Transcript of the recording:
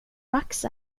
max